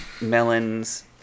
melons